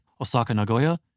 Osaka-Nagoya